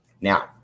now